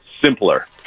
simpler